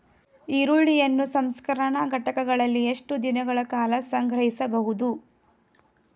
ಈರುಳ್ಳಿಯನ್ನು ಸಂಸ್ಕರಣಾ ಘಟಕಗಳಲ್ಲಿ ಎಷ್ಟು ದಿನಗಳ ಕಾಲ ಸಂಗ್ರಹಿಸಬಹುದು?